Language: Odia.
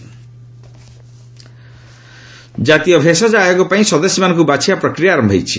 ମେଡିକାଲ୍ ଜାତୀୟ ଭେଷଜ ଆୟୋଗ ପାଇଁ ସଦସ୍ୟମାନଙ୍କୁ ବାଛିବା ପ୍ରକ୍ରିୟା ଆରମ୍ଭ ହୋଇଛି